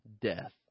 death